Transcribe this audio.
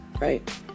right